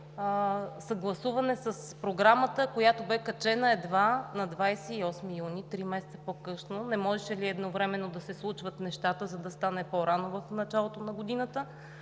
съгласуване с Програмата, която бе качена едва на 28 юни – три месеца по-късно? Не можеше ли едновременно да се случват нещата, за да стане по-рано в началото на годината?